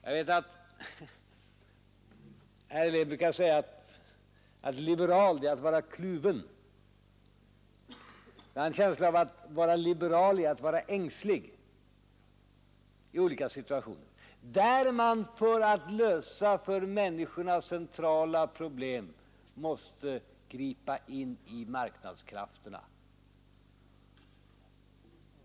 Jag vet att herr Helén brukar säga: ”Att vara liberal är att vara kluven.” Jag har en känsla av att vara liberal är att vara ängslig i olika situationer, där man för att lösa för människorna centrala problem måste gripa in i marknadskrafterna.